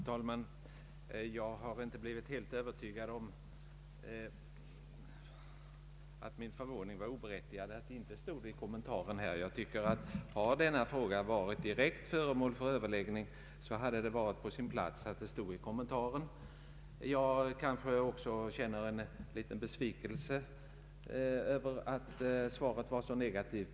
Herr talman! Jag har inte blivit helt övertygad om att min förvåning över att det inte stod något i kommentarerna om denna fråga var oberättigad. Hade den direkt varit föremål för överläggningar, hade det varit på sin plats att behandla saken i kommentaren. Jag känner också besvikelse över att svaret var så negativt.